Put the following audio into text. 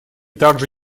также